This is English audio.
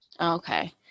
okay